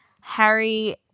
Harry